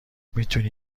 میتونی